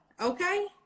okay